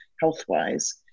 health-wise